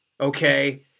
okay